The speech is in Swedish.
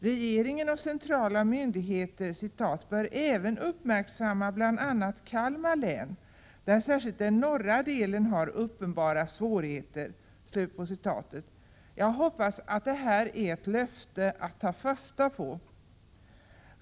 Regeringen och centrala myndigheter ”bör även uppmärksamma bl.a. Kalmar län, där särskilt den norra delen har uppenbara svårigheter”. Jag hoppas att detta är ett löfte att ta fasta på.